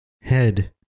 head